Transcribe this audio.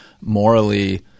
morally –